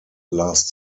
last